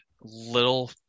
little